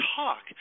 talk